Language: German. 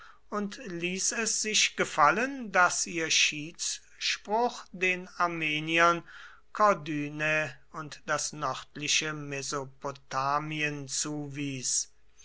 und ließ es sich gefallen daß ihr schiedsspruch den armeniern korduene und das nördliche mesopotamien zuwies